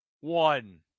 One